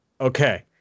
Okay